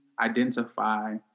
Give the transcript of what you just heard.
identify